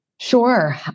Sure